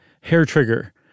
hair-trigger